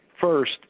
First